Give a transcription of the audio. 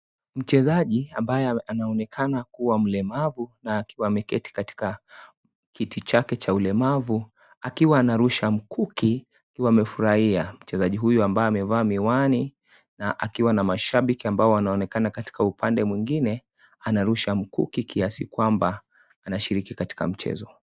Mchezaji abaye anaonekana kuwa mlemavu na akiwa ameketi katika kiti chake cha ulemavu, akiwa anarusha mkuki akiwa amefurahia mchezaji huyu ambaye amevaa miwani na akiwa na mashabiki ambao wanaonekana katika upande mwingine, anarusha mkuki kiasi kwamba anashiriki katika mchezo.